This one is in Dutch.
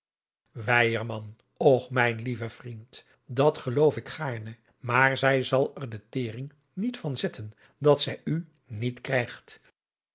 och mijn lieve vriend dat geloof ik gaarne maar zij zal er de tering niet van zetten dat zij u niet krijgt